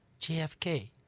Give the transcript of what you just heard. JFK